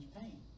pain